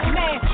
man